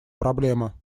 проблема